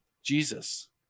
Jesus